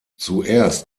zuerst